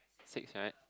six right